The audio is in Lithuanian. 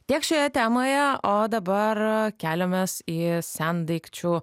tiek šioje temoje o dabar keliamės į sendaikčių